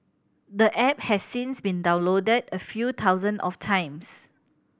the app has since been downloaded a few thousands of times